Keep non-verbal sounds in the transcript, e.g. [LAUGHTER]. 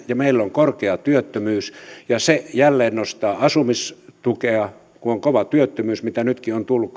ja meillä on korkea työttömyys ja se jälleen nostaa asumistukea kun on kova työttömyys nytkin on tullut [UNINTELLIGIBLE]